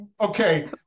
okay